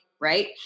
right